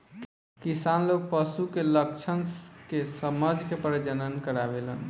किसान लोग पशु के लक्षण के समझ के प्रजनन करावेलन